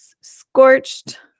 Scorched